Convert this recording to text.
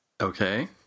Okay